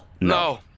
No